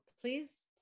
please